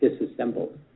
disassembled